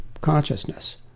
consciousness